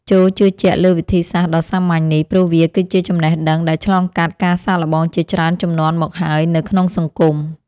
ចូរជឿជាក់លើវិធីសាស្ត្រដ៏សាមញ្ញនេះព្រោះវាគឺជាចំណេះដឹងដែលឆ្លងកាត់ការសាកល្បងជាច្រើនជំនាន់មកហើយនៅក្នុងសង្គម។